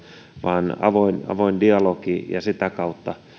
vaan avoin avoin dialogi ja sitä kautta